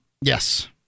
Yes